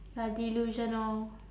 you're delusional